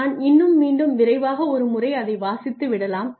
நான் இன்னும் மீண்டும் விரைவாக ஒருமுறை அதை வாசித்து விடலாம்